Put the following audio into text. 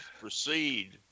proceed